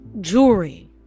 jewelry